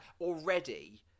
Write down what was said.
already